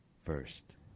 first